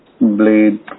blade